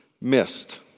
Missed